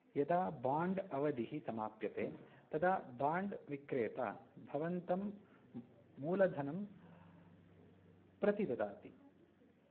यदा बाण्ड् अवधिः समाप्यते तदा बाण्ड् विक्रेता भवन्तं मूलधनं प्रतिददाति